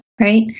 right